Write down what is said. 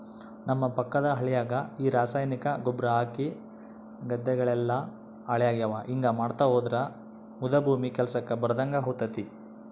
ನಮ್ಮ ಪಕ್ಕದ ಹಳ್ಯಾಗ ಈ ರಾಸಾಯನಿಕ ಗೊಬ್ರ ಹಾಕಿ ಗದ್ದೆಗಳೆಲ್ಲ ಹಾಳಾಗ್ಯಾವ ಹಿಂಗಾ ಮಾಡ್ತಾ ಹೋದ್ರ ಮುದಾ ಭೂಮಿ ಕೆಲ್ಸಕ್ ಬರದಂಗ ಹೋತತೆ